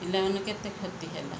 ପିଲାମାନେ କେତେ କ୍ଷତି ହେଲା